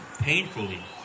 painfully